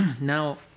now